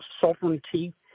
sovereignty